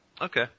Okay